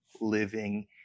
living